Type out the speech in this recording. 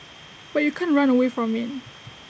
but you can't run away from IT